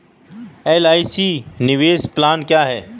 LIC निवेश plan क्या है?